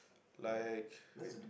like wait